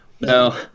No